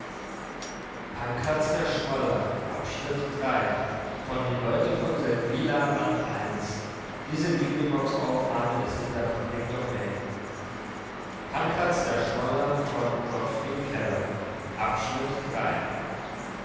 by gottfried keller